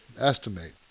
estimate